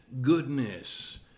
goodness